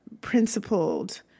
principled